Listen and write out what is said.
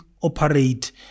operate